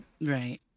Right